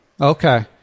Okay